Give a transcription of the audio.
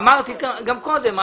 אמרתי גם קודם.